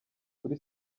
kuri